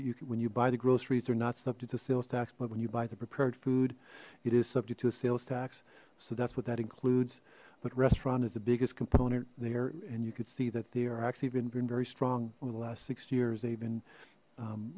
you when you buy the groceries they're not subject to sales tax but when you buy the prepared food it is subject to a sales tax so that's what that includes but restaurant is the biggest component there and you could see that there actually been been very strong over the last six years they've been